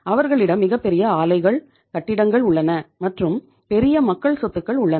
அவர்களிடம் மிகப்பெரிய ஆலைகள் கட்டிடங்கள் உள்ளன மற்றும் பெரிய மக்கள் சொத்துகள் உள்ளன